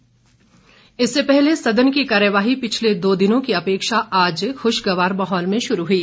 सर्वदलीय बैठक इससे पहले सदन की कार्यवाही पिछले दो दिनों की अपेक्षा आज खूशगवार माहौल में शुरू हुई